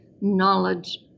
knowledge